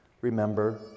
Remember